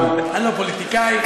אני לא פוליטיקאי.